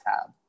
tab